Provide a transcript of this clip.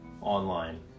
online